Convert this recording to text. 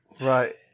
Right